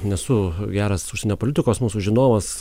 nesu geras užsienio politikos mūsų žinovas